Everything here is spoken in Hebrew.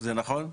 זה נכון?